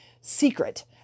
secret